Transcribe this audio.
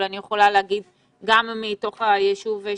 אני יכולה להגיד גם מתוך היישוב שלי,